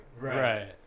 Right